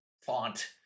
font